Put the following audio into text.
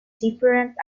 different